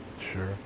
Sure